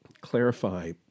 clarify